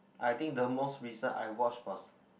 I think the most recent I watch was